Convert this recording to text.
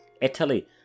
Italy